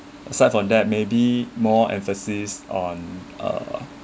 aside from that may be more emphasis on uh